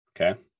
Okay